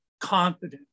confident